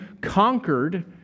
conquered